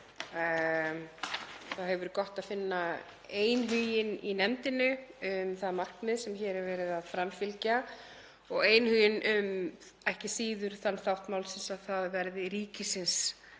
það hefur verið gott að finna einhuginn í nefndinni um það markmið sem hér er verið að framfylgja og einhuginn um ekki síður þann þátt málsins að það verði ríkisins